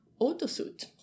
autosuit